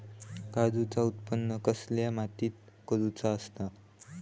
काजूचा उत्त्पन कसल्या मातीत करुचा असता?